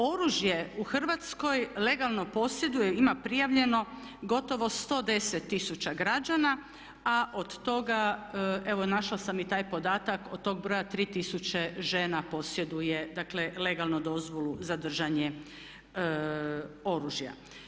Oružje u Hrvatskoj legalno posjeduje, ima prijavljeno gotovo 110 tisuća građana a od toga evo našla sam i taj podatak od toga broja 3000 žena posjeduje legalno dozvolu za držanje oružja.